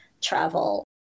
travel